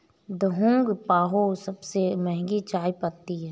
Da Hong Pao सबसे महंगी चाय पत्ती है